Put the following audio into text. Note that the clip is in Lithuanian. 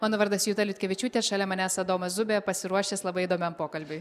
mano vardas juta liutkevičiūtė šalia manęs adomas zubė pasiruošęs labai įdomiam pokalbiui